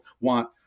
want